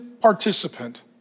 participant